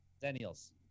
Daniels